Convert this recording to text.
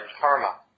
karma